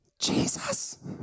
Jesus